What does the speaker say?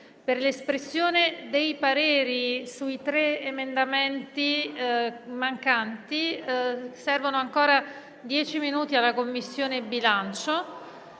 Per l'espressione dei pareri sui tre emendamenti mancanti servono ancora dieci minuti alla Commissione bilancio.